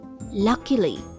luckily